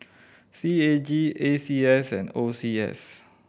C A G A C S and O C S